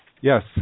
Yes